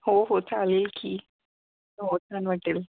हो हो चालेल की हो छान वाटेल